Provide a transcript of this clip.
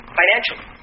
financially